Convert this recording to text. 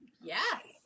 Yes